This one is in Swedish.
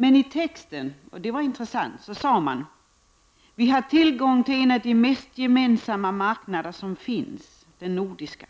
Det intressanta är dock att man i texten förklarar: ”Vi har tillgång till en av de mest gemensamma marknader som finns — den nordiska.”